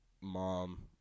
mom